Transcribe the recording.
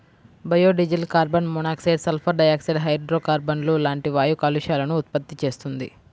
biodiesel carbon monoxide, sulphur dioxide, హైడ్రోకార్బన్లు లాంటి వాయు కాలుష్యాలను ఉత్పత్తి చేస్తుంది